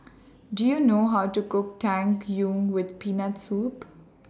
Do YOU know How to Cook Tang Yuen with Peanut Soup